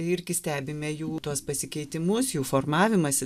irgi stebime jų tuos pasikeitimus jų formavimąsi